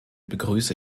begrüße